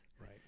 Right